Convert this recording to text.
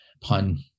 pun